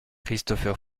christopher